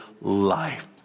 life